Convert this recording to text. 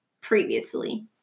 previously